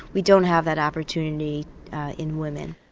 we don't have that opportunity in women.